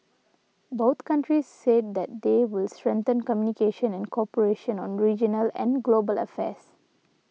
both countries said that they will strengthen communication and cooperation on regional and global affairs